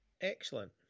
Excellent